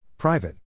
Private